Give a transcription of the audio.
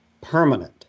permanent